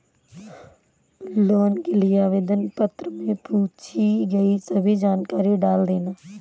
loan के लिए आवेदन पत्र में पूछी गई सभी जानकारी डाल देना